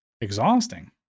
exhausting